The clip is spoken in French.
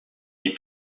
les